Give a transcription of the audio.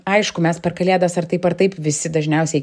aišku mes per kalėdas ar taip ar taip visi dažniausiai